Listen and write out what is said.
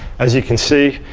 as you can see,